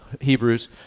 Hebrews